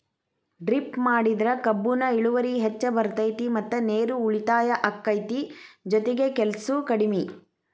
drip ಮಾಡಿದ್ರ ಕಬ್ಬುನ ಇಳುವರಿ ಹೆಚ್ಚ ಬರ್ತೈತಿ ಮತ್ತ ನೇರು ಉಳಿತಾಯ ಅಕೈತಿ ಜೊತಿಗೆ ಕೆಲ್ಸು ಕಡ್ಮಿ